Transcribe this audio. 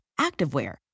activewear